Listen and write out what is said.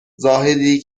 زاهدی